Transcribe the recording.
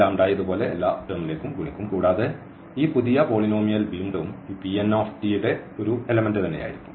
ലാംഡയെ ഇതുപോലെ ഗുണിക്കും കൂടാതെ ഈ പുതിയ പോളിനോമിയൽ വീണ്ടും ഈ Pn ന്റെ ഒരു എലമെന്റ് യിരിക്കും